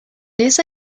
esa